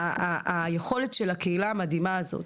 היכולת של הקהילה המדהימה הזאת,